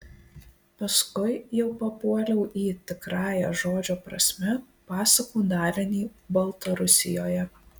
paskui jau papuoliau į tikrąja žodžio prasme pasakų dalinį baltarusijoje